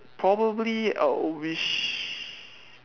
probably I would wish